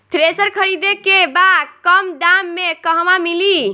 Thresher खरीदे के बा कम दाम में कहवा मिली?